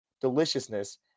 deliciousness